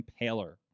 impaler